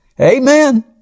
amen